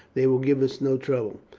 they will give us no trouble.